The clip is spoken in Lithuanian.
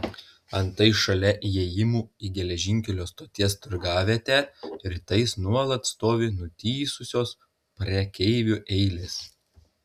antai šalia įėjimų į geležinkelio stoties turgavietę rytais nuolat stovi nutįsusios prekeivių eilės